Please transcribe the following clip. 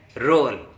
role